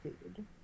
food